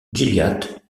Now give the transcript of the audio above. gilliatt